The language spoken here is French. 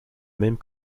même